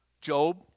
Job